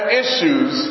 issues